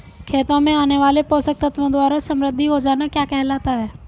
खेतों में आने वाले पोषक तत्वों द्वारा समृद्धि हो जाना क्या कहलाता है?